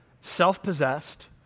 self-possessed